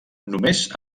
només